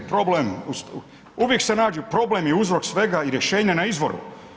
Problem, uvijek se nađe, problem je uzrok svega i rješenje na izvoru.